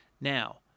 Now